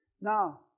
Now